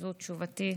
זאת תשובתי.